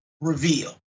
reveal